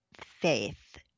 faith